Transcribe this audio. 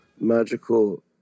magical